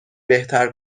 بهتر